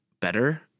better